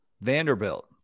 Vanderbilt